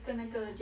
ah ya